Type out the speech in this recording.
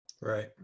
Right